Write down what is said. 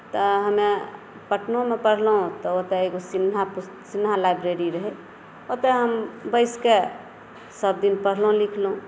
तऽ हमे पटनोमे पढलहुॅं तऽ ओतऽ एगो सिन्हा पुस्तकालय सिन्हा लाइब्रेरी रहै ओतऽ हम बैस कऽ सबदिन पढ़लहुॅं लिखलहुॅं